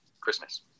Christmas